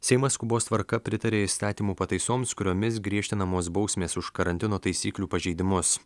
seimas skubos tvarka pritarė įstatymo pataisoms kuriomis griežtinamos bausmės už karantino taisyklių pažeidimus